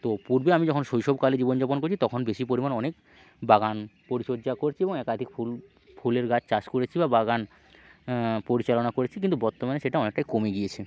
তো পূর্বে আমি যখন শৈশবকালে জীবন যাপন করেছি তখন বেশি পরিমাণ অনেক বাগান পরিচর্যা করেছি এবং একাধিক ফুল ফুলের গাছ চাষ করেছি বা বাগান পরিচালনা করেছি কিন্তু বর্তমানে সেটা অনেকটাই কমে গিয়েছে